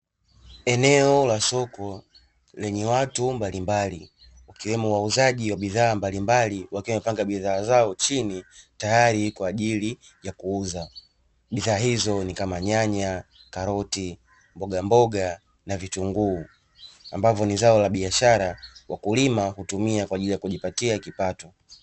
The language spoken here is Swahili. Eneo la soko lenye watu mbalimbali ikiwemo wauzaji wa bidhaa mbalimbali wakiwa wamepanga bidhaa zao chini tayari kwa ajili ya kuuza bidhaa hizo ni kama nyanya, karoti, mbogamboga na vitunguu ambavyo ni zao la biashara wakulima hutumia kwa ajili ya kujipatia kipato.